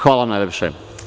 Hvala najlepše.